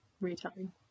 retelling